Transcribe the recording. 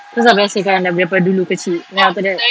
cause dah biasa kan dah daripada dulu kecil then after that